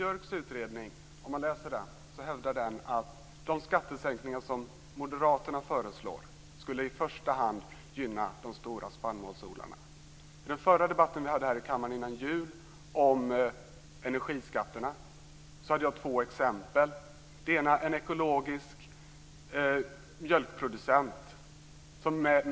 Fru talman! I Björks utredning hävdas det att de skattesänkningar som Moderaterna föreslår i första hand gynnar de stora spannmålsodlarna. I förra debatten, före jul, om energiskatterna hade jag två exempel. Det ena gällde en producent av ekologisk mjölk.